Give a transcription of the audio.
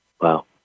Wow